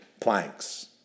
planks